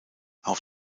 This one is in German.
auf